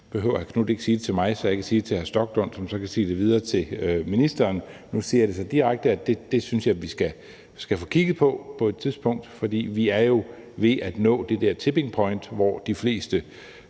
hr. Marcus Knuth ikke at sige det til mig, så jeg kan sige det til hr. Rasmus Stoklund, som så kan sige det videre til ministeren, for nu siger jeg det direkte, at det synes jeg vi skal få kigget på på et tidspunkt, for vi er jo ved at nå det der tipping point, hvor flere